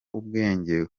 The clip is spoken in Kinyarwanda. ubwenge